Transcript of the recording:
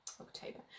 october